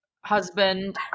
husband